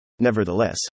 Nevertheless